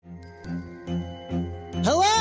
Hello